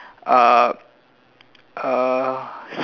uh uh